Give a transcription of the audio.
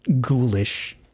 ghoulish